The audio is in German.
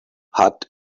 hat